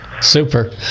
super